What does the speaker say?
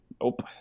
Nope